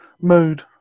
mood